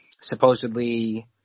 supposedly